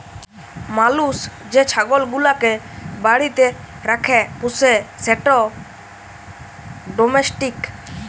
মালুস যে ছাগল গুলাকে বাড়িতে রাখ্যে পুষে সেট ডোমেস্টিক